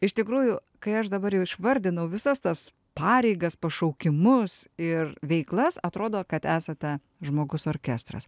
iš tikrųjų kai aš dabar jau išvardinau visas tas pareigas pašaukimus ir veiklas atrodo kad esate žmogus orkestras